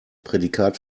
prädikat